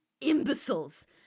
imbeciles